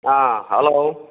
अँ हेलो